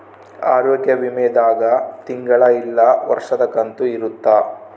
ಆರೋಗ್ಯ ವಿಮೆ ದಾಗ ತಿಂಗಳ ಇಲ್ಲ ವರ್ಷದ ಕಂತು ಇರುತ್ತ